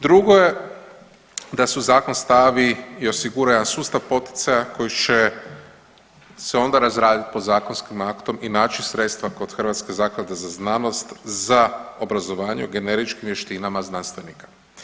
Drugo je da se u Zakon stavi i osigura jedan sustav poticaja koji će se onda razraditi podzakonskim aktom i naći sredstva kod Hrvatske zaklade za znanost za obrazovanje u generičkim vještinama znanstvenika.